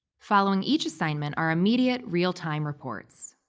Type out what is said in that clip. following each assignment are immediate realtime reports.